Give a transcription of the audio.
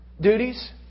duties